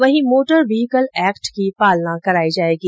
वहीं motor vehicle act की पालना कराई जायेगी